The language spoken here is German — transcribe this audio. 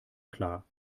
klar